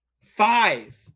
Five